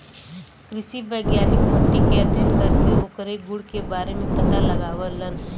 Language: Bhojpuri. कृषि वैज्ञानिक मट्टी के अध्ययन करके ओकरे गुण के बारे में पता लगावलन